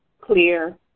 clear